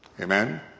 Amen